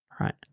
right